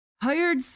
hired